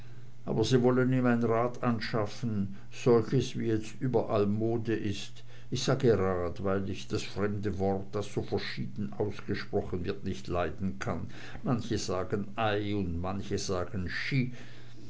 aber sie wollen ihm ein rad anschaffen solches wie jetzt überall mode ist ich sage rad weil ich das fremde wort das so verschieden ausgesprochen wird nicht leiden kann manche sagen ci und manche sagen